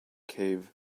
cave